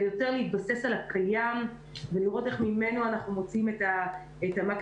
יותר להתבסס על הקיים ולראות איך ממנו אנחנו מוציאים את המקסימום.